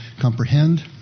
comprehend